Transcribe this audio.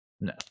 No